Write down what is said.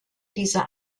dieser